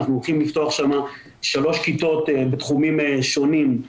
אנחנו הולכים לפתוח שם שלוש כיתות בתחומים שונים,